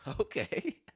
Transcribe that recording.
Okay